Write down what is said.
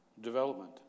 Development